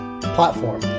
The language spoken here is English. platform